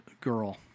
girl